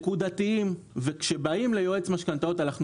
נותנים חצי מיליון שקל, עד 20 שנים פריסה.